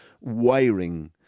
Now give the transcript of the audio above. wiring